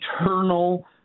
eternal